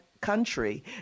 country